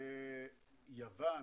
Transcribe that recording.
ליוון